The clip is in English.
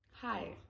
Hi